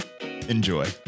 Enjoy